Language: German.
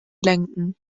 lenken